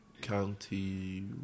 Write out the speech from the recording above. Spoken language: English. county